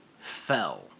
fell